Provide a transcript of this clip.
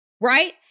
right